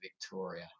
Victoria